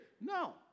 No